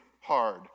hard